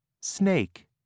snake